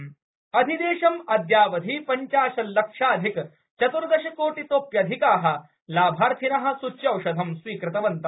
स्च्यौषधम् अधिदेशं अद्यावधि पञ्चाशल्लक्षाधिक चत्र्दश कोटितोप्यधिका लाभार्थिन सूच्यौषधं स्वीकृतवन्त